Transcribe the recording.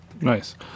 Nice